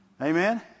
Amen